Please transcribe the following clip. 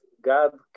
God